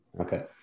Okay